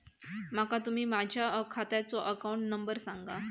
माका तुम्ही माझ्या खात्याचो अकाउंट नंबर सांगा?